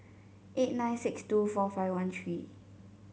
eight nine six two four five one three